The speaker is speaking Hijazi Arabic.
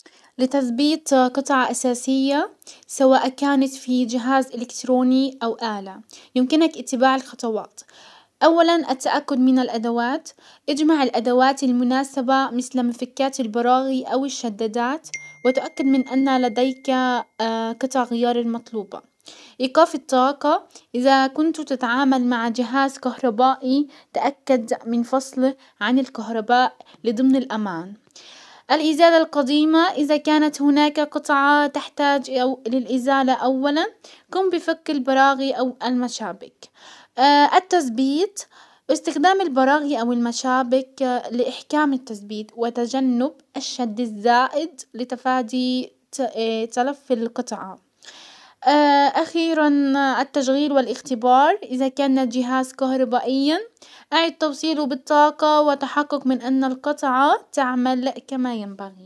لتثبيت قطع اساسية سواء كانت في جهاز الكتروني او الة يمكنك اتباع الخطوات. اولا التأكد من الادوات، اجمع الادوات المناسبة مسل مفكات البراغي او الشدادات وتأكد من ان لديك قطع غيار المطلوبة. ايقاف الطاقة، ازا كنت تتعامل مع جهاز كهربائي تأكد من فصله عن الكهرباء لضمن الامان. الازالة القديمة، ازا كانت هناك قطعة تحتاج او للازالة اولا قم بفك البراغي او المشابك. التسبيت استخدام البراغي او المشابك لاحكام التسبيت وتجنب الشد الزائد لتفادي تلف القطعة. اخيرا التشغيل والاختبار ازا كان الجهاز كهربائيا اعد توصيله بالطاقة وتحقق من ان القطعة تعمل كما ينبغي.